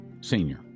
senior